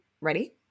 Ready